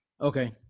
Okay